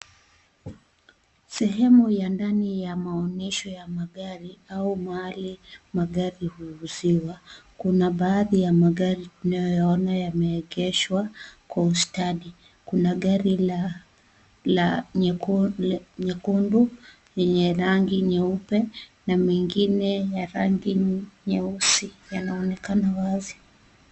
Sehemu ya ndani ya maonyesho ya magari au mahali magari huuziwa, kuna baadhi ya magari tunayoyaona yameegeshwa kwa ustadi. Kuna gari la nyekundu lenye rangi nyeupe na mengine ya rangi nyeusi yanaonekana wazi.